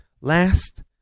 Last